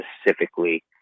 specifically